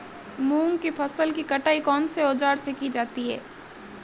मूंग की फसल की कटाई कौनसे औज़ार से की जाती है?